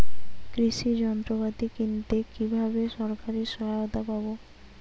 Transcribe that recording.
কৃষি যন্ত্রপাতি কিনতে কিভাবে সরকারী সহায়তা পাব?